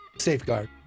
safeguard